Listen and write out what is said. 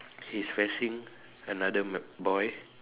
he's fetching another l~ boy